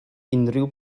unrhyw